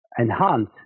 enhance